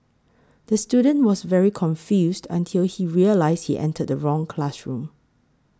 the student was very confused until he realised he entered the wrong classroom